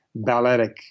balletic